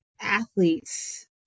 athletes